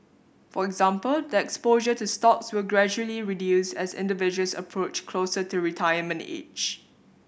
for example the exposure to stocks will gradually reduce as individuals approach closer to retirement age